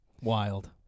Wild